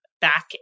back